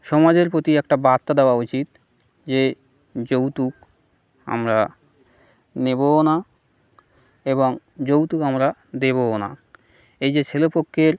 সমাজের প্রতি একটা বার্তা দেওয়া উচিত যে যৌতুক আমরা নেবও না এবং যৌতুক আমরা দেবোও না এই যে ছেলেপক্ষের